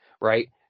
right